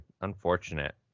unfortunate